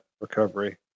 recovery